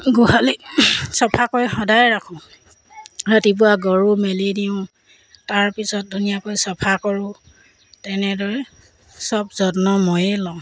গোহালি চফাকৈ সদায় ৰাখোঁ ৰাতিপুৱা গৰু মেলি দিওঁ তাৰপিছত ধুনীয়াকৈ চফা কৰোঁ তেনেদৰে চব যত্ন ময়েই লওঁ